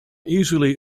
easily